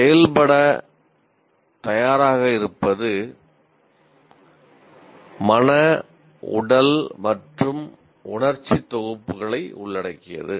செயல்படத் தயாராக இருப்பது மன உடல் மற்றும் உணர்ச்சித் தொகுப்புகளை உள்ளடக்கியது